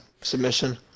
submission